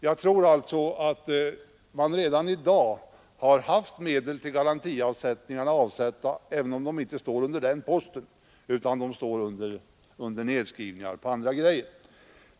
Jag tror alltså att man redan i dag har haft medel till garantiavsättningar även om de inte tagits upp under den posten utan under nedskrivningar på annat.